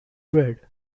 red